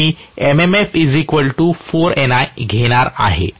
me MMF 4 N I घेणार आहे